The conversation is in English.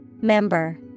Member